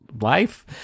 life